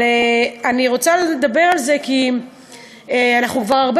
אני רוצה לדבר על זה כי אנחנו כבר הרבה